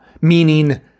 meaning